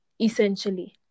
essentially